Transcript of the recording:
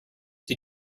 did